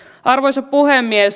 arvoisa puhemies